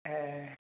ए